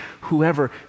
whoever